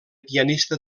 pianista